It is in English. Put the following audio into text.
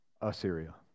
Assyria